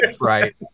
Right